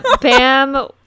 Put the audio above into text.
Bam